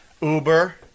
Uber